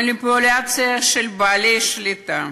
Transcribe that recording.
מניפולציה של בעלי השליטה.